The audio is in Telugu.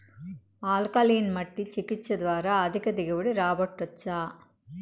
ఆల్కలీన్ మట్టి చికిత్స ద్వారా అధిక దిగుబడి రాబట్టొచ్చా